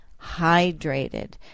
hydrated